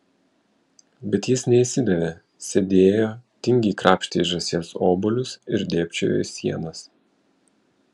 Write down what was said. bet jis neišsidavė sėdėjo tingiai krapštė iš žąsies obuolius ir dėbčiojo į sienas